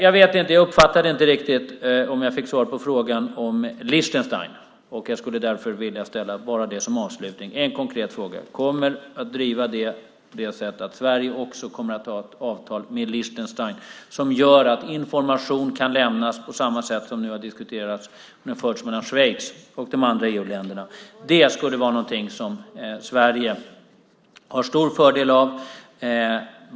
Jag uppfattade inte riktigt om jag fick svar på frågan om Liechtenstein. Jag skulle därför vilja ställa en konkret fråga som avslutning. Kommer du att driva att också Sverige kommer att ha ett avtal med Liechtenstein som gör att information kan lämnas på samma sätt som nu har diskuterats mellan Schweiz och de andra EU-länderna? Det skulle vara någonting som Sverige har stor fördel av.